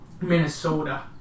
Minnesota